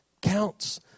counts